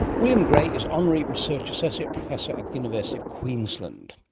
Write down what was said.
william grey is honorary research associate professor at the university of queensland.